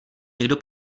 někdo